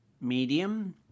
Medium